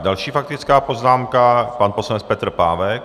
Další faktická poznámka, pan poslanec Petr Pávek.